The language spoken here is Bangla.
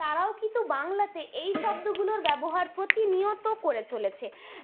তারাও কিন্তু বাংলাতে এই শব্দগুলোর ব্যবহার প্রতিনিয়ত করে চলেছে